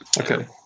Okay